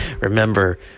Remember